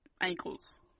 ankles